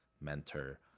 mentor